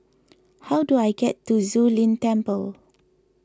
how do I get to Zu Lin Temple